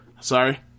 Sorry